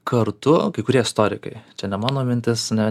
kartu kai kurie istorikai čia ne mano mintis ne